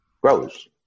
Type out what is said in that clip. grows